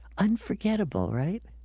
unforgettable, right?